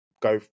go